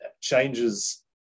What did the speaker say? changes